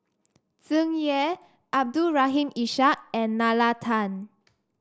Tsung Yeh Abdul Rahim Ishak and Nalla Tan